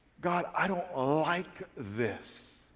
god, i don't like this.